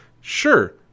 sure